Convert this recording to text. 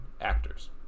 actors